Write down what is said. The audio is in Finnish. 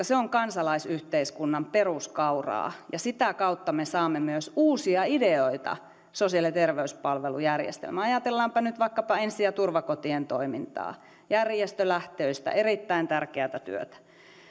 se on kansalaisyhteiskunnan peruskauraa ja sitä kautta me saamme myös uusia ideoita sosiaali ja terveyspalvelujärjestelmään ajatellaan nyt vaikkapa ensi ja turvakotien toimintaa järjestölähtöistä erittäin tärkeätä työtä